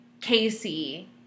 Casey